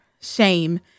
shame